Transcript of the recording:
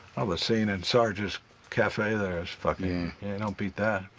the scene in sarge's cafe there is fucking. you don't beat that.